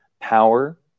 power